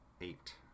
eight